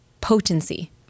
potency